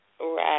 Right